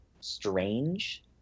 strange